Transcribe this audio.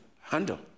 handle